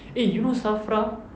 eh you know SAFRA